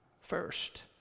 first